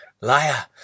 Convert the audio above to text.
Liar